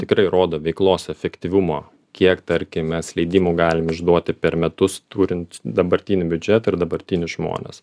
tikrai rodo veiklos efektyvumo kiek tarkim mes leidimų galim išduoti per metus turint dabartinį biudžetą ir dabartinius žmones